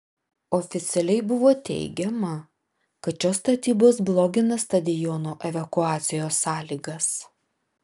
oficialiai buvo teigiama kad šios statybos blogina stadiono evakuacijos sąlygas